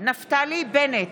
נפתלי בנט,